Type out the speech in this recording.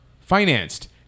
financed